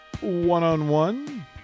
one-on-one